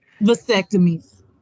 vasectomies